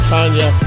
Tanya